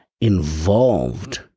involved